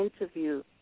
interview